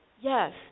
Yes